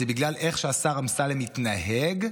זה בגלל איך שהשר אמסלם מתנהג,